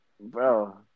Bro